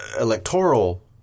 electoral